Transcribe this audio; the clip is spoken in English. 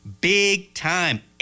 big-time